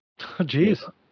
Jeez